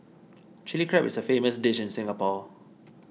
Chilli Crab is a famous dish in Singapore